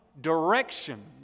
direction